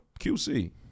QC